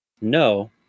No